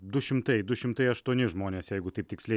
du šimtai du šimtai aštuoni žmonės jeigu taip tiksliai